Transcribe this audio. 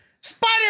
Spider